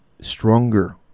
stronger